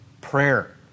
prayer